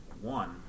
One